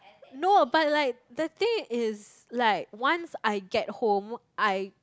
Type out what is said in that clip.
no but like the thing is like once I get home I